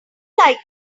like